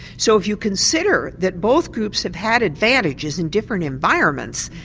so if you consider that both groups have had advantages in different environments,